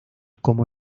como